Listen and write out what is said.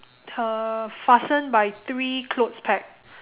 err fasten by three clothes peg